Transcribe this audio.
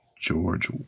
George